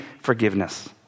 forgiveness